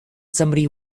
somebody